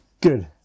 Good